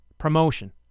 promotion